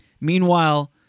Meanwhile